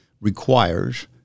requires